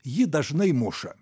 jį dažnai muša